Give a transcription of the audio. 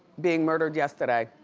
being murdered yesterday.